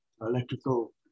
electrical